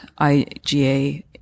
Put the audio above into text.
IgA